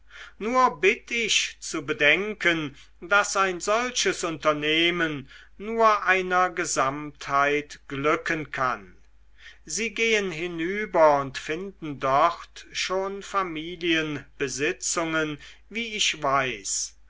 nur bitt ich zu bedenken daß ein solches unternehmen nur einer gesamtheit glücken kann sie gehen hinüber und finden dort schon familienbesitzungen wie ich weiß